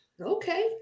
Okay